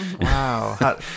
Wow